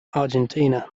argentina